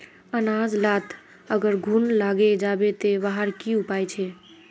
अनाज लात अगर घुन लागे जाबे ते वहार की उपाय छे?